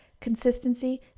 consistency